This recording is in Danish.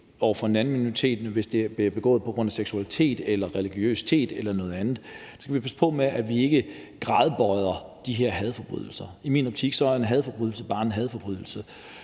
over for en anden minoritet, end hvis den bliver begået på grund af seksualitet, religiøsitet eller noget andet. Vi skal passe på med ikke at gradbøje de her hadforbrydelser. I min optik er en hadforbrydelse bare en hadforbrydelse.